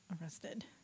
arrested